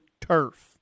turf